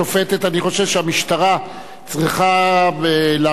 אני חושב שהמשטרה צריכה להפנות את כל